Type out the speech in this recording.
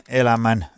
elämän